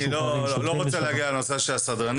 -- אני לא רוצה להגיע לנושא של הסדרנים.